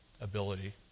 ability